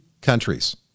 countries